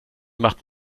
macht